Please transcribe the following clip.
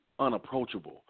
unapproachable